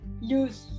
use